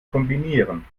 kombinieren